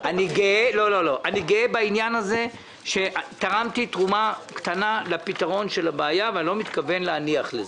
אני גאה שתרמתי תרומה קטנה לפתרון הבעיה ואני לא מתכוון להניח לזה.